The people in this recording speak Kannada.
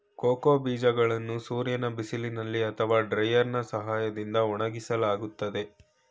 ಕೋಕೋ ಬೀಜಗಳನ್ನು ಸೂರ್ಯನ ಬಿಸಿಲಿನಲ್ಲಿ ಅಥವಾ ಡ್ರೈಯರ್ನಾ ಸಹಾಯದಿಂದ ಒಣಗಿಸಲಾಗುತ್ತದೆ